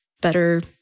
better